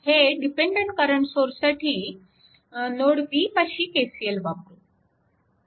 हे dependent current सोर्ससाठी node B पाशी KCL वापरू